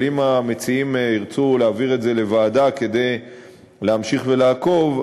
אבל אם המציעים ירצו להעביר את זה לוועדה כדי להמשיך ולעקוב,